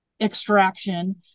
extraction